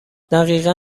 دقیقا